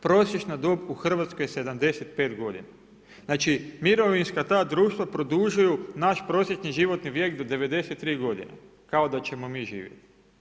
Prosječna dob u Hrvatskoj je 75 godina, znači mirovinska ta društva produžuju naš prosječni životni vijek do 93 godine kao da ćemo mi živjet.